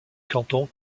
canton